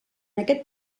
aquest